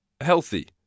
healthy